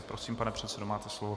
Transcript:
Prosím, pane předsedo, máte slovo.